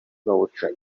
bawuca